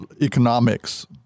economics